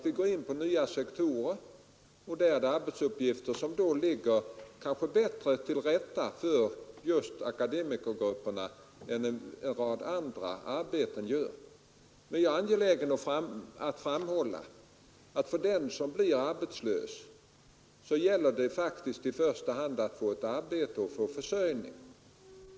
Vi går in på nya sektorer, där det är arbetsuppgifter som kanske ligger bättre till för akademikergrupperna än en rad andra arbeten gör. Men jag är angelägen att framhålla att för den som blir arbetslös gäller det faktiskt i första hand att få ett arbete och få försörjning.